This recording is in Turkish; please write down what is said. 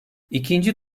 i̇kinci